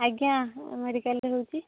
ଆଜ୍ଞା ମୁଁ ମେଡ଼ିକାଲ୍ରୁ କହୁଛି